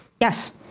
Yes